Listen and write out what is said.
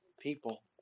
people